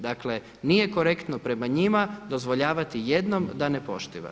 Dakle nije korektno prema njima dozvoljavati jednom da ne poštuje.